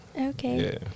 Okay